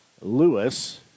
Lewis